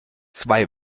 zwei